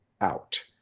out